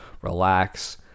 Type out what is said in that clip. relax